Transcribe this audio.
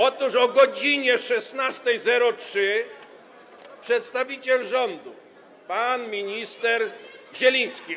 Otóż o godz. 16.03 przedstawiciel rządu pan minister Zieliński.